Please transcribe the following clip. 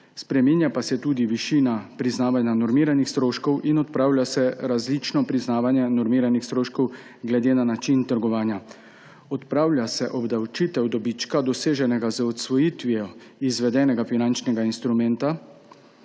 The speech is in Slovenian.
Spreminja pa se tudi višina priznavanja normiranih stroškov in odpravlja se različno priznavanje normiranih stroškov glede na način trgovanja. Odpravlja se obdavčitev dobička, doseženega z odsvojitvijo izvedenega finančnega instrumenta